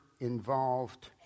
involved